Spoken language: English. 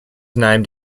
named